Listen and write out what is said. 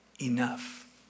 enough